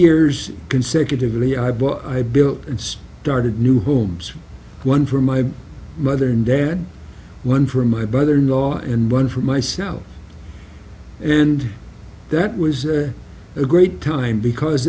years consecutively i but i built and started new homes one for my mother and dad one for my brother in law and one for myself and that was a great time because